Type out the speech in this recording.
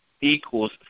equals